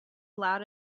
loud